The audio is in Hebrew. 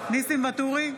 ניסים ואטורי,